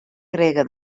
grega